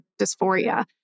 dysphoria